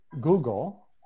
google